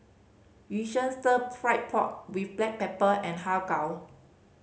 Yu Sheng Stir Fried Pork With Black Pepper and Har Kow